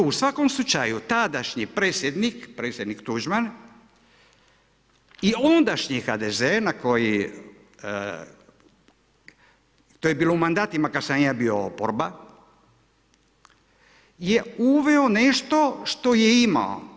I u svakom slučaju tadašnji predsjednik, predsjednik Tuđman i ondašnji HDZ-e na koji to je bilo u mandatima kada sam ja bio oporba je uveo nešto što je imao.